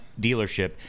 dealership